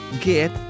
get